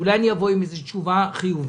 אולי אני אבוא עם תשובה חיובית.